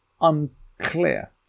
unclear